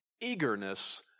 eagerness